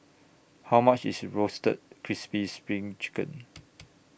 How much IS Roasted Crispy SPRING Chicken